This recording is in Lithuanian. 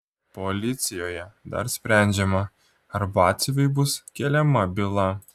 policijoje dar sprendžiama ar batsiuviui bus keliama byla